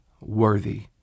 worthy